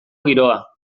giroa